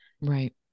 right